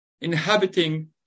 inhabiting